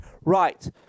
Right